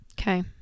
okay